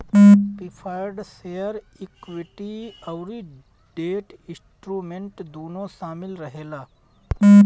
preferred share equity अउरी debt instrument दूनो शामिल रहेला